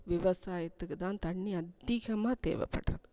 விவசாயத்துக்கு தான் தண்ணி அதிகமாக தேவைப்பட்றது